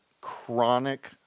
chronic